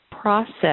process